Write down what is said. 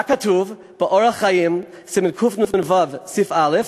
מה כתוב ב"אורח חיים", סימן קנ"ו, סעיף א'?